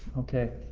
okay,